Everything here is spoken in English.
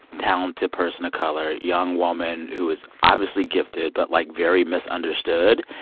talented person of color, young woman who is obviously gifted but, like, very misunderstood.